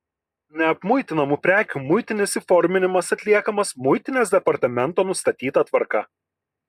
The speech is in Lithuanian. neapmuitinamų prekių muitinis įforminimas atliekamas muitinės departamento nustatyta tvarka